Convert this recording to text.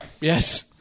Yes